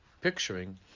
picturing